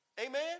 Amen